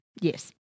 Yes